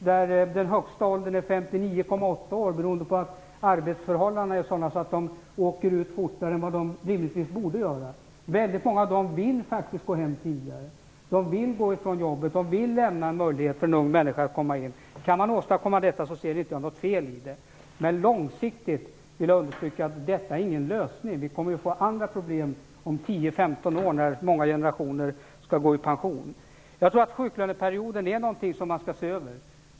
Där är den högsta åldern 59,8 år, beroende på att arbetsförhållandena är sådana att man åker ut fortare än man rimligtvis borde göra. Många av dessa människor vill faktiskt sluta tidigare. De vill lämna sina jobb, så att unga människor får en möjlighet att komma in. Om man kan åstadkomma detta ser jag inget fel i det. Men jag vill understryka att detta inte är någon lösning på lång sikt. Vi kommer ju att få andra problem om 10-15 år när många skall gå i pension. Jag tror att man skall se över sjuklöneperioden.